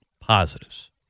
Positives